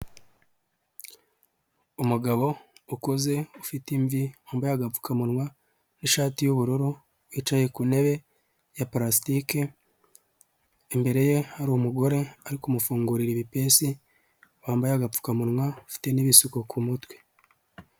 Umugabo ukuze ufite imvi nku agapfukamunwa n'ishati yu'ubururu yicaye ku ntebe ya plastike imbere ye hari umugore ariko kumufungurira ibipesi wambaye agapfukamunwa ufite n'ibisigo ku mutwe.